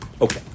Okay